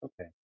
Okay